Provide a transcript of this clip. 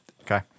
Okay